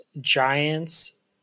Giants